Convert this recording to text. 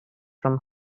from